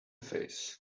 face